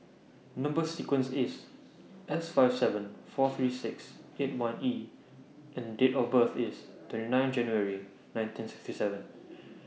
Number sequence IS S five seven four three six eight one E and Date of birth IS twenty nine January nineteen sixty seven